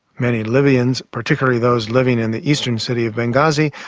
many libyans, particularly those living in the eastern city of benghazi,